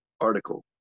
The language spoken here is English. article